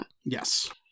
Yes